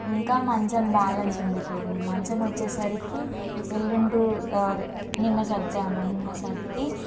ఇంకా మంచం బ్యాలెన్స్ ఉండిపోయింది మంచము వచ్చేసరికి ఎల్లుండు అదే నిన్న సర్దాము నిన్న సర్ది